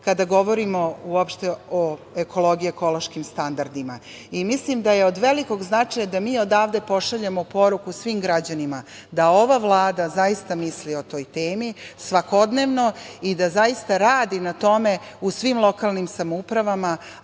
kada govorimo uopšte o ekologiji i ekološkim standardima. Mislim da je od velikog značaja da mi odavde pošaljemo poruku svim građanima da ova Vlada zaista misli o toj temi svakodnevno i da zaista radi na tome u svim lokalnim samoupravama,